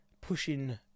pushing